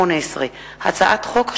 פ/2189/18 וכלה בהצעת חוק פ/2211/18,